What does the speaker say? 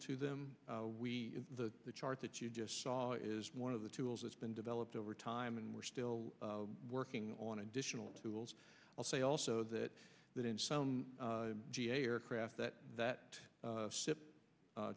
to them we the the chart that you just saw is one of the tools that's been developed over time and we're still working on additional tools i'll say also that that in some ga aircraft that that